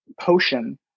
potion